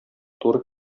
туры